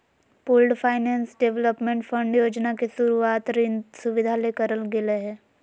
pooled finance development fund योजना के शुरूवात ऋण सुविधा ले करल गेलय हें